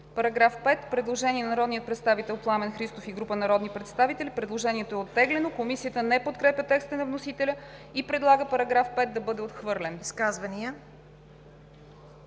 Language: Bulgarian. направено предложение от народния представител Пламен Христов и група народни представители. Предложението е оттеглено. Комисията не подкрепя текста на вносителя и предлага § 4 да бъде отхвърлен. ПРЕДСЕДАТЕЛ